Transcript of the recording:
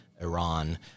Iran